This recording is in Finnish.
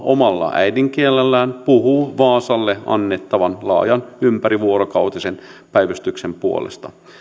omalla äidinkielellään puhuu vaasalle annettavan laajan ympärivuorokautisen päivystyksen puolesta